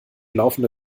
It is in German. laufende